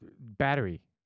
battery